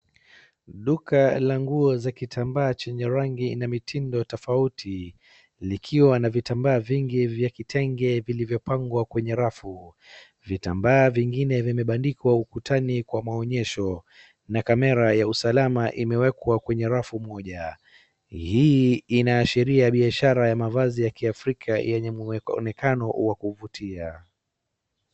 Duka la nguo za kitambaa chenye rangi likiwa na vitambaa vingi vya kitenge vilivyopangwa kwenye rafu vitambaa vingine vimebandikwa ukutani kwa maonyesho